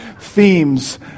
themes